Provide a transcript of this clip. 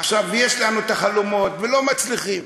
יש לנו חלומות, ולא מצליחים.